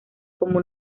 como